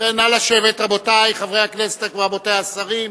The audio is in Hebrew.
ובכן, נא לשבת, רבותי חברי הכנסת, רבותי השרים,